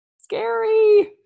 scary